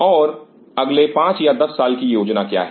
और अगले 5 या 10 साल की योजना क्या है